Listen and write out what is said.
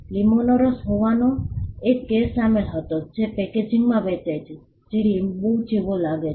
લીંબુનો રસ હોવાનો એક કેસ સામેલ હતો જે પેકેજિંગમાં વેચાય છે જે લીંબુ જેવો લાગે છે